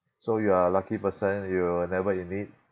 so you are lucky person you never in need